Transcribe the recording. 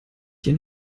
dir